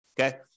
okay